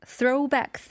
Throwback